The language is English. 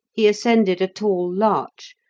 he ascended a tall larch,